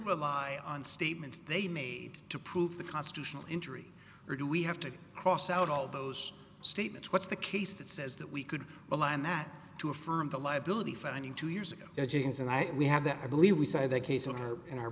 rely on statements they made to prove the constitutional injury or do we have to cross out all those statements what's the case that says that we could rely on that to affirm the liability finding two years ago james and i we have that i believe we cited a case in our in our